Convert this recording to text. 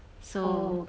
oh